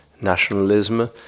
nationalism